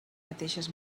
mateixes